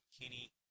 Kenny